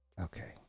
Okay